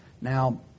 Now